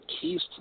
keys